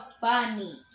funny